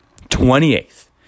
28th